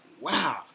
wow